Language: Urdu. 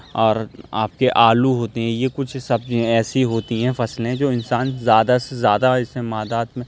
اور آپ کے آلو ہوتے ہیں یہ کچھ سبزیاں ایسی ہوتی ہیں فصلیں جو انسان زیادہ سے زیادہ اسے مادہ میں